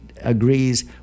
agrees